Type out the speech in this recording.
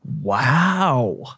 Wow